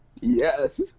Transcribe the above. Yes